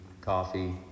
coffee